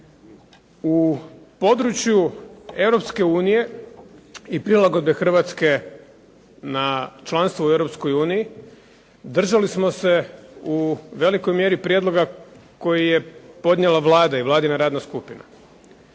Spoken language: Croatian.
U području Europske unije i prilagodbe Hrvatske na članstvo u Europskoj uniji držali smo se u velikoj mjeri prijedloga koji je podnijela Vlada i Vladina radna skupina.